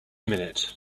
minute